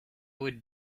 would